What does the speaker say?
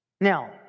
Now